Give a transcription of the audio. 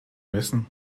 messen